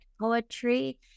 poetry